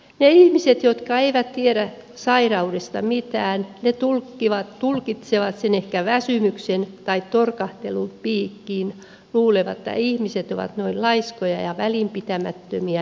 ne ihmiset jotka eivät tiedä sairaudesta mitään tulkitsevat sen ehkä väsymyksen tai torkahtelun piikkiin luulevat että ihmiset ovat noin laiskoja ja välinpitämättömiä ja epäkohteliaita